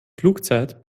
flugzeit